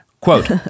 Quote